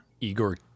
igor